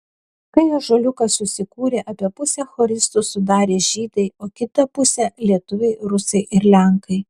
kai ąžuoliukas susikūrė apie pusę choristų sudarė žydai kitą pusę lietuviai rusai ir lenkai